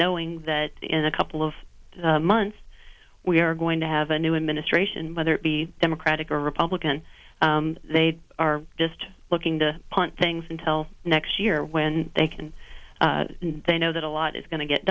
knowing that in a couple of months we are going to have a new administration whether it be democratic or republican they are just looking to punt things until next year when they can they know that a lot is going to get